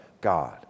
God